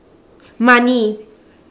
money